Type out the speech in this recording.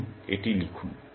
আসুন এটি লিখুন